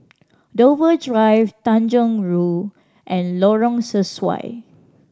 Dover Drive Tanjong Rhu and Lorong Sesuai